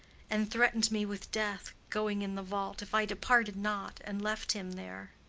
and threat'ned me with death, going in the vault, if i departed not and left him there.